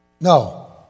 No